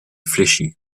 fléchit